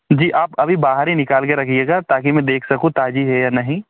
जी आप अभी बाहर ही निकाल कर रखिएगा ताकि मैं देख सकूं ताजी है या नहीं